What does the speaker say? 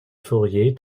fourier